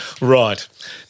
Right